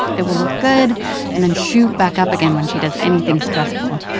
it will look good and then shoot back up again when she does anything stressful,